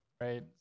right